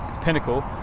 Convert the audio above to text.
pinnacle